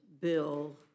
bill